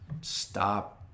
stop